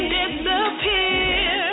disappear